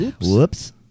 Whoops